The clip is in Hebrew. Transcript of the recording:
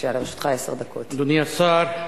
אדוני השר,